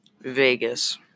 Vegas